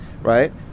right